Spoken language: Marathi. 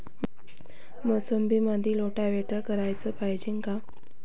मोसंबीमंदी रोटावेटर कराच पायजे का?